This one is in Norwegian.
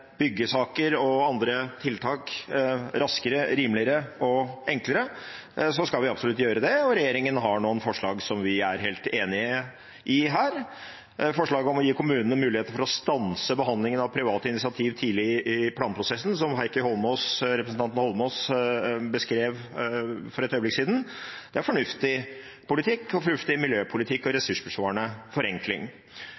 byggesaker og andre tiltak raskere, rimeligere og enklere, skal vi absolutt gjøre det. Regjeringen har noen forslag her som vi er helt enig i. Forslaget om å gi kommunene mulighet til å stanse behandlingen av private initiativ tidlig i planprosessen – som representanten Eidsvoll Holmås beskrev for et øyeblikk siden – er fornuftig politikk, fornuftig miljøpolitikk og